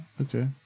Okay